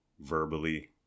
verbally